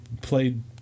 played